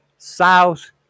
South